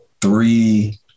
three